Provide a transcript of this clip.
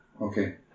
Okay